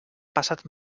passat